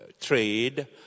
trade